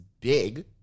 big